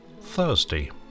Thursday